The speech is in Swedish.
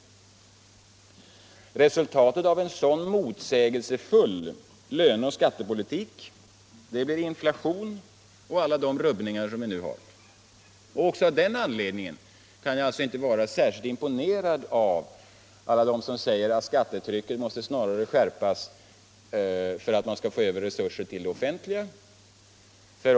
Resultatet av en sådan motsägelsefull löneoch skattepolitik blir inflation och alla de rubbningar som vi nu har. Det är också en anledning till att jag inte kan vara särskilt imponerad av alla dem som säger att skattetrycket snarare måste skärpas för att man skall få över resurser till det offentliga.